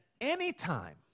Anytime